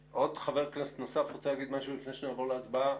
חבר כנסת נוסף רוצה להגיד משהו לפני שנעבור להצבעה?